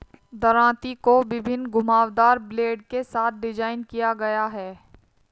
दरांती को विभिन्न घुमावदार ब्लेड के साथ डिज़ाइन किया गया है